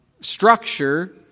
structure